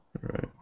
Right